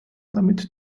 damit